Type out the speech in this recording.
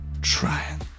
trying